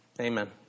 amen